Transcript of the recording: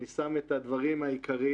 אני שם את הדברים העיקריים.